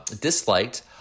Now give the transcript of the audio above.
Disliked